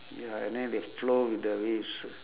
ya and then they flow with the waves